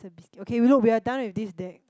it'a a biscuit okay we look we are done with this deck